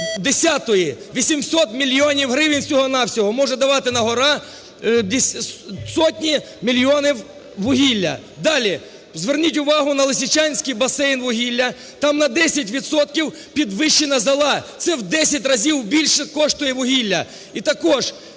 10-ї, 800 мільйонів гривень всього-на-всього може давати на-гора сотні мільйонів вугілля. Далі. Зверніть увагу на Лисичанський басейн вугілля, там на 10 відсотків підвищена зола, це у 10 разів більше коштує вугілля.